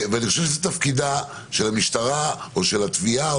ואני חושב שתפקידה של המשטרה או של התביעה,